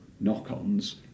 knock-ons